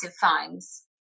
fines